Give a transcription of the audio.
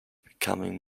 becoming